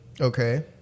Okay